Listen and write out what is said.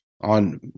on